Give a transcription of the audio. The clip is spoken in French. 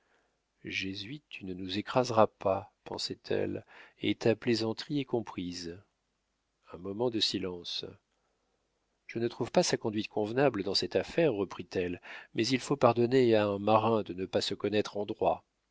jésuite tu ne nous écraseras pas pensait-elle et ta plaisanterie est comprise un moment de silence je ne trouve pas sa conduite convenable dans cette affaire reprit-elle mais il faut pardonner à un marin de ne pas se connaître en droit